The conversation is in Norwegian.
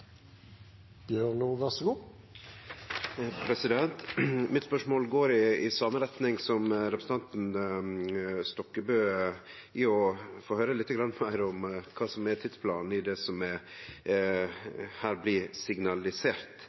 Mitt spørsmål går i same retning som representanten Stokkebø, i å få høyre lite grann meir om kva som er tidsplanen i det som her blir signalisert.